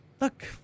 look